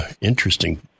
interesting